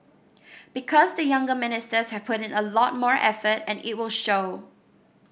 because the younger ministers have put in a lot more effort and it will show